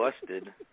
busted